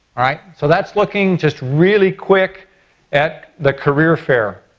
alright, so that's looking just really quick at the career fair.